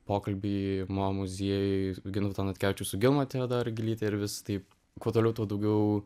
pokalbį mo muziejuje gintauto natkevičiaus gilma dar atėjo gilytė ir vis taip kuo toliau tuo daugiau